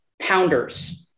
pounders